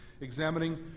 examining